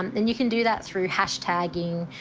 um and you can do that through hashtagging,